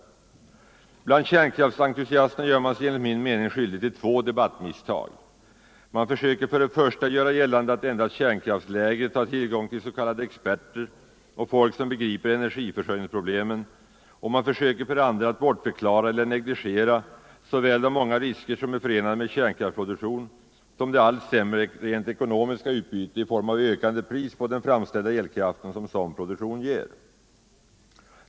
Kärnkraftsentusiasterna gör sig enligt min mening skyldiga till två debattmisstag. De försöker för det första göra gällande att endast kärnkraftslägret har tillgång till s.k. experter och folk som begriper energiförsörjningsproblemen, och de försöker för det andra att bortförklara eller negligera såväl de många risker som är förenade med kärnkraftsproduktion som det allt sämre rent ekonomiska utbytet i form av ökande pris på den framställda elkraften som sådan produktion ger.